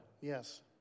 Yes